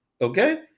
okay